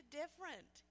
different